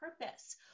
purpose